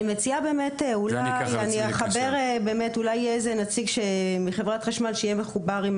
אני מציעה אולי לחבר איזה נציג מחב' החשמל שיהיה מחובר,